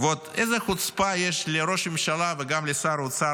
ועוד איזו חוצפה יש לראש הממשלה וגם לשר האוצר